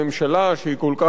שהיא כל כך בעייתית,